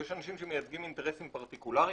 ויש אנשים שמייצגים אינטרסים פרטיקולריים,